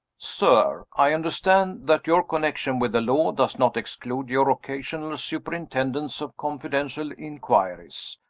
sir i understand that your connection with the law does not exclude your occasional superintendence of confidential inquiries,